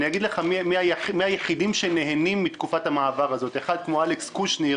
אני אומר מי היחידים שנהנים מתקופת המעבר הזו: אחד כמו אלכס קושניר